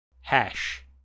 hash